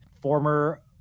Former